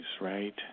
right